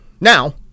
Now